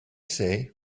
say